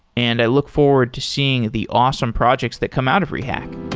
and i look forward to seeing the awesome projects that come out of rehack